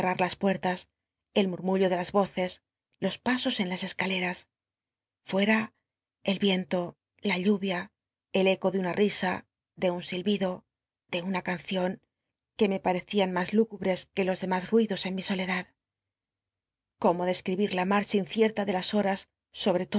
las puertas el mucmullo de las occs jos pasos en las cscalcaas fueaa el ri cnto la llu ia el eco de una risa de un silbido ele una cancion que me pac ecian mas lúgubres que los lemas ruidos en mi soledad cómo descl'ibir la maacba incicta de las horas sobre